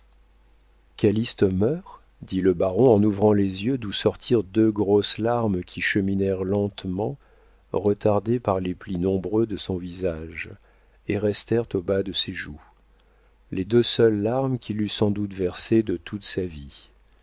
pays calyste meurt dit le baron en ouvrant les yeux d'où sortirent deux grosses larmes qui cheminèrent lentement retardées par les plis nombreux de son visage et restèrent au bas de ses joues les deux seules larmes qu'il eût sans doute versées de toute sa vie